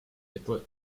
debra